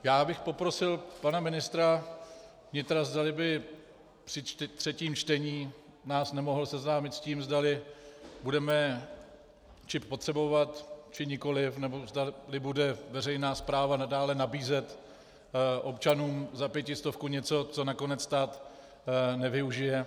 Já bych poprosil pana ministra vnitra, zdali by nás při třetím čtení nemohl seznámit s tím, zdali budeme čip potřebovat, či nikoli, nebo zdali bude veřejná správa nadále nabízet občanům za pětistovku něco, co nakonec stát nevyužije.